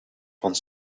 van